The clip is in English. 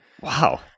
Wow